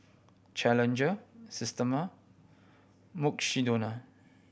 Challenger Systema Mukshidonna